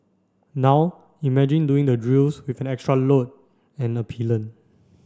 now imagine doing the drills with an extra load and a pillion